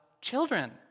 children